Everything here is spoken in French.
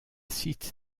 site